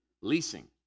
leasing